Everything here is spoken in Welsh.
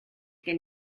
gen